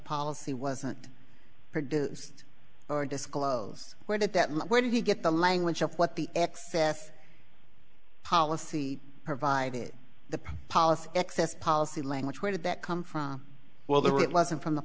policy wasn't produced or disclose where did that not where did you get the language of what the excess policy provided the policy excess policy language where did that come from well there it wasn't from the